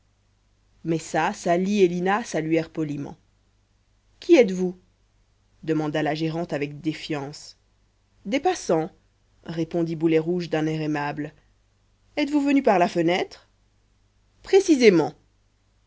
messa sali et lina saluèrent poliment qui êtes-vous demanda la gérante avec défiance des passants répondit boulet rouge d'un air aimable êtes-vous venus par la fenêtre précisément